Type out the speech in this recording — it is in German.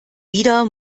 wieder